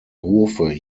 hofe